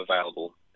available